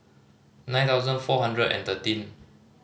nine thousand four hundred and thirteen